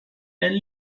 and